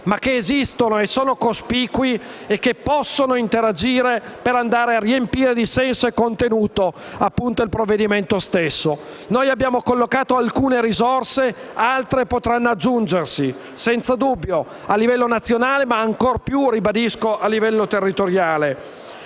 ma che esistono e sono cospicui e possono interagire per andare a riempire di senso e contenuto il provvedimento stesso. Noi abbiamo collocato alcune risorse, altre potranno aggiungersi, senza dubbio a livello nazionale ma ancora più, ribadisco, a livello territoriale.